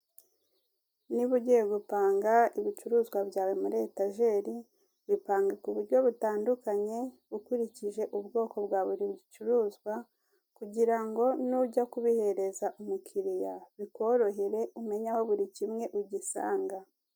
Niba ugiye gupanga ibicuruzwa byawe muri etageri, bipange ku buryo butandukanye ukurikije ubwoko bwa buri gicuruzwa kugira nujya kubihereza umukiriya, bikorohere umenye aho buri kimwe ugisanga.